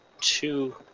two